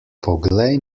poglej